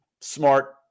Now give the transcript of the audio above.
smart